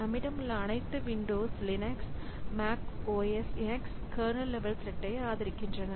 நம்மிடமுள்ள அனைத்து Windows Linux Mac OS X kernel level த்ரெட்டை ஆதரிக்கின்றன